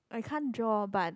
I can't draw but